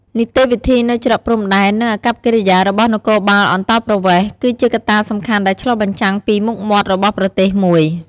នីតិវិធីនៅច្រកព្រំដែន និងអាកប្បកិរិយារបស់នគរបាលអន្តោប្រវេសន៍ គឺជាកត្តាសំខាន់ដែលឆ្លុះបញ្ចាំងពីមុខមាត់របស់ប្រទេសមួយ។